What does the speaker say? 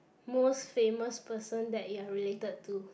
most famous person that you are related to